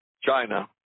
China